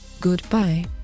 Goodbye